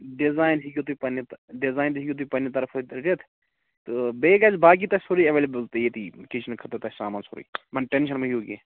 design ہیٚکِو تُہۍ پَننہِ پہ ڈِیزایِن ہیٚکِو تُہۍ پَننہِ طرفہٕ تہِ دِتھ تہٕ بیٚیہِ گَژھِ باقٕے تۅہہِ سورُے ایٚویلیبٕل تہِ ییٚتی کِچنہٕ خٲطرٕ تۅہہِ سامان سورُے ٹیٚنشیٚن مٔہ ہییِو کیٚنٛہہ